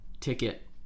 ticket